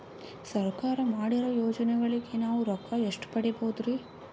ಸರ್ಕಾರ ಮಾಡಿರೋ ಯೋಜನೆಗಳಿಗೆ ನಾವು ರೊಕ್ಕ ಎಷ್ಟು ಪಡೀಬಹುದುರಿ?